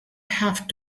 have